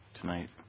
tonight